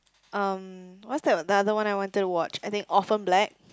um what's that the other one I wanted to watch I think Orphan Black